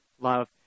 love